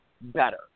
better